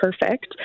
perfect